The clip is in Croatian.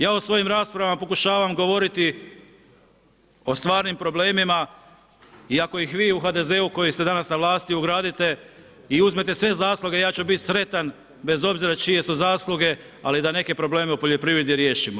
Ja u svojim raspravama pokušavam govoriti o stvarnim problemima i ako ih vi u HDZ-u koji ste danas na vlasti ugradite i uzmete sve zasluge, ja ću biti sretan bez obzira čije su zasluge, ali da neke probleme u poljoprivredi riješimo.